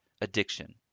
addiction